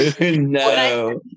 No